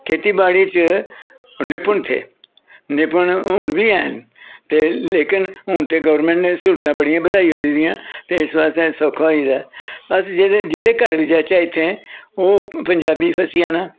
खेत्ती बाड़ी च निपुण थे निपुण हून बी हैन ते लेकिन हून ते गौरमैंट ने स्हूलतां बड़ियां बद्धाई ओड़ी दियां ते इस बास्तै सौखा होई दा ऐ बस जेह्दे घर बी जाचै इत्थें ओह् पंजाबी फसी जाना